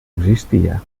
existia